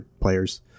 players